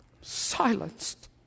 silenced